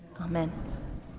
Amen